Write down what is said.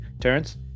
Terrence